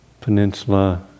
peninsula